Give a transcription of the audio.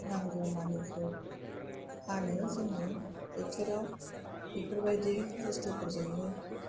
नांगौमानिखौ फानो जोङो बोथोराव बेफोरबायदि बुस्थुफोरजोंनो